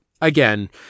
again